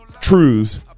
truths